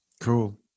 cool